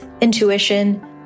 intuition